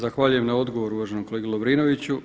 Zahvaljujem na odgovor uvaženom kolegi Lovrinoviću.